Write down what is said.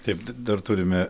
taip d dar turime